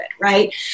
right